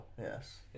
yes